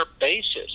basis